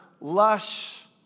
lush